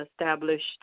established